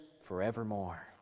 forevermore